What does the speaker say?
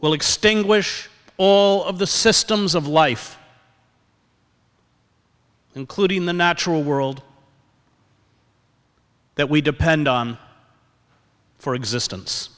will extinguish all of the systems of life including the natural world that we depend on for existence